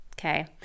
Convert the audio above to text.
Okay